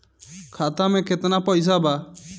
खाता में केतना पइसा बा?